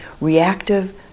reactive